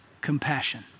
Compassion